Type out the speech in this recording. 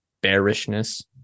bearishness